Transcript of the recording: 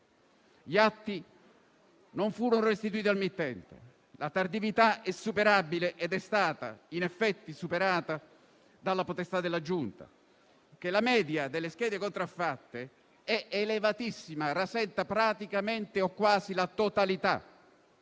gli atti non furono restituiti al mittente; la tardività è superabile ed è stata in effetti superata dalla potestà della Giunta; che la media delle schede contraffatte è elevatissima e rasenta praticamente o quasi la totalità,